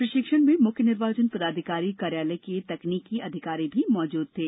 प्रशिक्षण में मुख्य निर्वाचन पदाधिकारी कार्यालय को तकनीकी अधिकारी भी उपस्थित थे